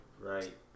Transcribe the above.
right